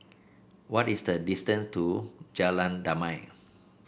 what is the distance to Jalan Damai